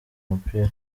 umupira